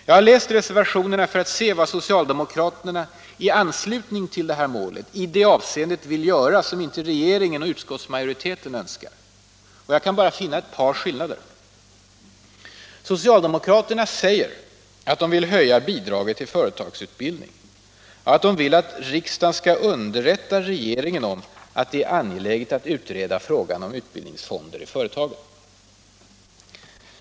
Jag har läst reservationerna för att se vad socialdemokraterna i anslutning till detta mål i det här avseendet vill göra som inte regeringen och utskottsmajoriteten önskar. Jag kan bara finna ett par skillnader. Socialdemokraterna vill höja bidraget till företagsutbildning och att riksdagen skall underrätta regeringen om att det är angeläget att utreda frågan om utbildningsfonder i företagen.